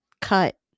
cut